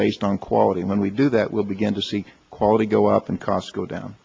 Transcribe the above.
based on quality when we do that we'll begin to see quality go up and costs go down